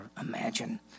imagine